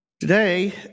Today